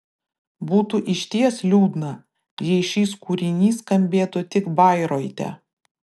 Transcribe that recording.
būtų išties liūdna jei šis kūrinys skambėtų tik bairoite